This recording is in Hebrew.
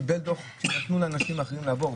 קיבל דוח שנתנו לאנשים אחרים לעבור,